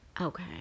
okay